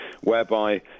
Whereby